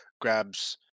grabs